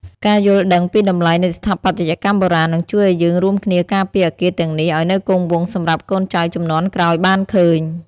ការយល់ដឹងពីតម្លៃនៃស្ថាបត្យកម្មបុរាណ នឹងជួយឱ្យយើងរួមគ្នាការពារអគារទាំងនេះឱ្យនៅគង់វង្សសម្រាប់កូនចៅជំនាន់ក្រោយបានឃើញ។